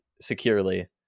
Securely